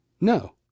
no